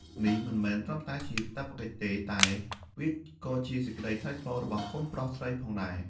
នេះមិនត្រឹមតែជាកាតព្វកិច្ចទេ តែវាក៏ជាសេចក្តីថ្លៃថ្នូររបស់កូនប្រុសស្រីផងដែរ។